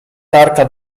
tarka